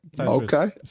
okay